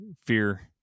Fear